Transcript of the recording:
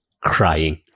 crying